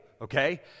okay